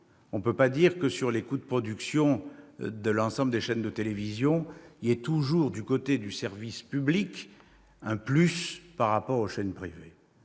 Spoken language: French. on ne peut pas dire que, si l'on compare les coûts de production de l'ensemble des chaînes de télévision, il y ait toujours, du côté du service public, un plus par rapport aux chaînes privées.